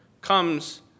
comes